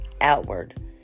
outward